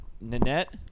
Nanette